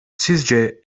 sizce